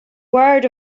word